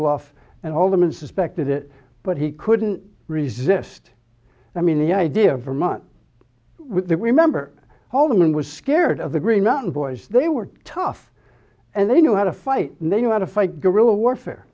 bluff and all the men suspected it but he couldn't resist i mean the idea of vermont with the remember all the men was scared of the green mountain boys they were tough and they knew how to fight and they knew how to fight guerrilla warfare